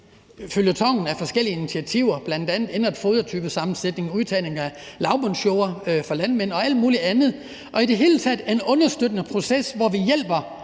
føljetonen af forskellige initiativer. Det er bl.a. ændret fodertypesammensætning, udtagning af lavbundsjorder fra landmænds side og alt muligt andet, og det er i det hele taget, at vi har en understøttende proces, hvor vi hjælper